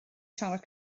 siarad